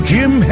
Jim